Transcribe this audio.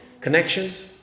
connections